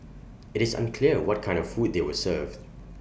IT is unclear what kind of food they were served